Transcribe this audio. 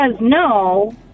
no